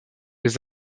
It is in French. les